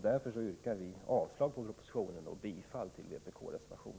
Därför yrkar vi avslag på propositionen och bifall till vpk:s reservation.